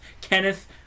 Kenneth